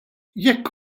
jekk